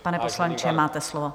Pane poslanče, máte slovo.